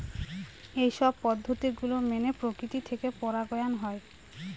এইসব পদ্ধতি গুলো মেনে প্রকৃতি থেকে পরাগায়ন হয়